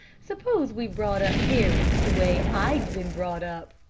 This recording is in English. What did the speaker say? suppose we brought up harry the way i'd been brought up.